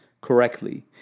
correctly